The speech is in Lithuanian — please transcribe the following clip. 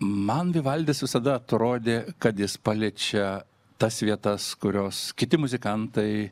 man vivaldis visada atrodė kad jis paliečia tas vietas kurios kiti muzikantai